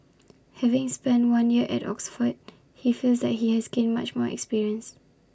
having spent one year at Oxford he feels that he has gained much more experience